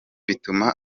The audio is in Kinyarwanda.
bituma